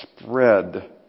spread